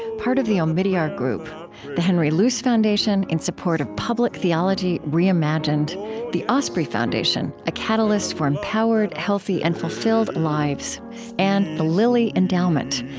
part of the omidyar group the henry luce foundation, in support of public theology reimagined the osprey foundation a catalyst for empowered, healthy, and fulfilled lives and the lilly endowment,